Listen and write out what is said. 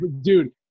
Dude